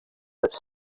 that